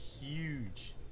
huge